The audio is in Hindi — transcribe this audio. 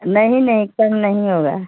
नहीं नहीं कम नहीं होगा